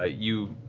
ah you